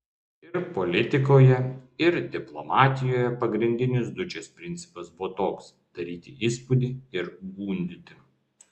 ir politikoje ir diplomatijoje pagrindinis dučės principas buvo toks daryti įspūdį ir gundyti